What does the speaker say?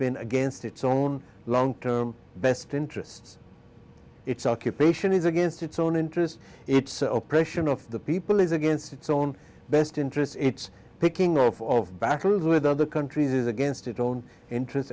been against its own long term best interests it's occupation is against its own interest it's oppression of the people is against its own best interests it's picking off of bathrooms with other countries against its own interests